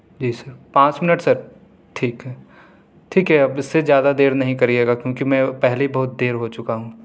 جی sir پانچ minute sir ٹھیک ہے ٹھیک ہے اب اس سے زیادہ دیر نہیں کرئیے گا کیونکہ میں پہلے ہی بہت دیر ہو چکا ہوں